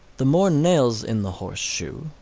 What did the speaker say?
the more nails in the horseshoe,